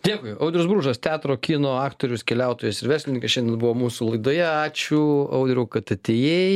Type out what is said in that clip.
dėkui audrius bružas teatro kino aktorius keliautojas ir verslininkas šiandien buvo mūsų laidoje ačiū audriau kad atėjai